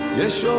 this